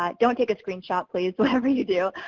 um don't take a screenshot, please whatever you do.